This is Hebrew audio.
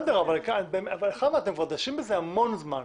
אתם דשים בזה המון זמן.